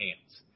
hands